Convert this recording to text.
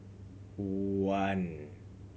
one